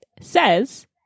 says